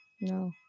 No